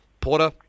Porter